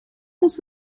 muss